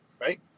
Right